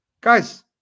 Guys